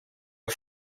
are